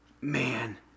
man